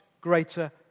greater